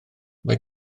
mae